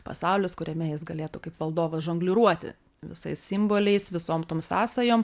pasaulis kuriame jis galėtų kaip valdovas žongliruoti visais simboliais visom tom sąsajom